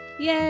Yay